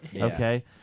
Okay